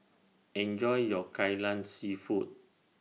Enjoy your Kai Lan Seafood